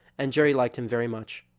and jerry liked him very much.